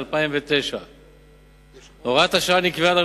66). הצעת החוק